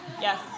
Yes